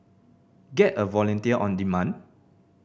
get a volunteer on demand